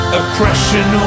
oppression